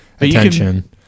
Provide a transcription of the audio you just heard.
attention